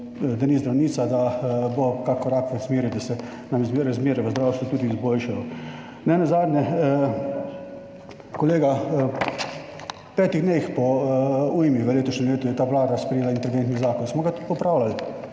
ni zdravnica, da bo kak korak v smeri, da se nam razmere v zdravstvu tudi izboljšajo. Nenazadnje, kolega, v petih dneh po ujmi v letošnjem letu je ta vlada sprejela interventni zakon. Smo ga tudi popravljali